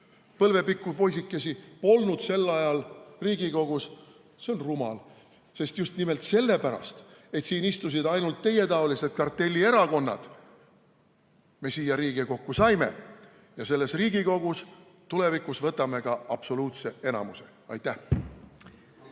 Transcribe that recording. põlvepikkusi poisikesi, polnud sel ajal Riigikogus, on rumal. Just nimelt sellepärast, et siin istusid ainult teietaolised kartellierakonnad, me siia Riigikokku saime ja selles Riigikogus me tulevikus võtame ka absoluutse enamuse. Aitäh!